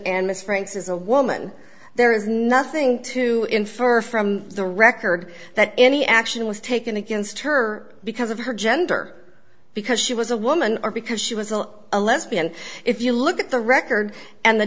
miss franks is a woman there is nothing to infer from the record that any action was taken against her because of her gender because she was a woman or because she was a lesbian if you look at the record and the